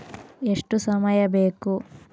ಎಷ್ಟು ಸಮಯ ಬೇಕು?